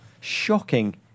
shocking